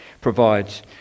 provides